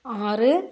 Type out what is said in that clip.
ஆறு